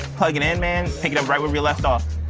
plug it in, man. pick it up right where we left off.